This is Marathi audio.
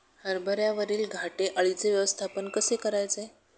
हरभऱ्यावरील घाटे अळीचे व्यवस्थापन कसे करायचे?